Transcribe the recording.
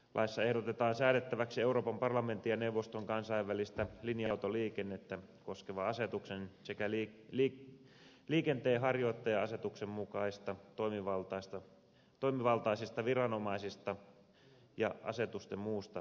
laissa ehdotetaan säädettäväksi euroopan parlamenttien neuvoston kansainvälistä linja autoliikennettä koskevan asetuksen sekä liikenteenharjoittaja asetuksen mukaisista toimivaltaisista viranomaisista ja asetusten muusta soveltamisesta